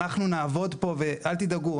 אנחנו נעבוד פה ואל תדאגו,